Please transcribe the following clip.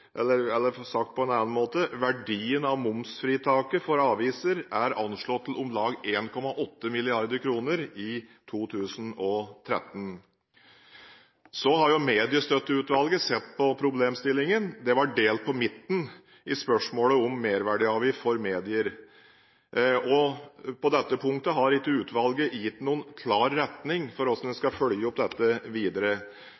eller sagt på en annen måte: Verdien av momsfritaket for aviser er anslått til om lag 1,8 mrd. kr i 2013. Mediestøtteutvalget har sett på problemstillingen – det var delt på midten i spørsmålet om merverdiavgift for medier. På dette punktet har ikke utvalget gitt noen klar retning for